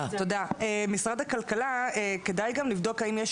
משרד הכלכלה, כדאי לבדוק האם יש